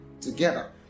together